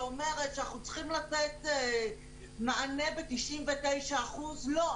שאומרת שאנחנו צריכים לתת מענה -99% - לא.